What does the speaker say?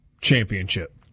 championship